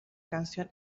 canción